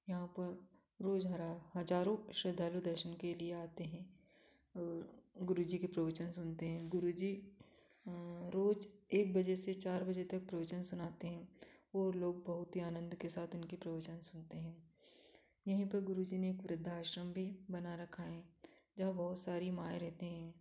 यहाँ पर रोज़ हर हज़ारों पुरुष देवी दर्शन के लिए आते हैं गुरु जी के प्रवचन सुनते हैं गुरु जी रोज़ एक बजे से चार बजे तक भजन सुनते हैं वह लोग बहुत ही आनंद के साथ उनके प्रवचन सुनते हैं यहीं पर गुरुजी ने एक वृद्ध आश्रम भी बना रखा हैं जहाँ पर बहुत सारी माँए रहती हैं